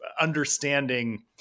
understanding